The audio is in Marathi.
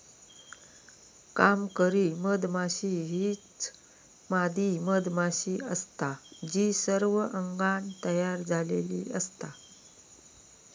कामकरी मधमाशी हीच मादी मधमाशी असता जी सर्व अंगान तयार झालेली असता